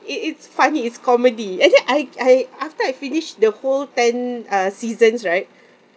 it's it's funny it's comedy actually I I after I finish the whole ten uh seasons right